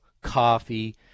coffee